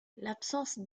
l’absence